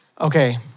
Okay